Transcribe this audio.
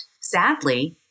sadly